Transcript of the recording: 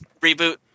reboot